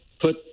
put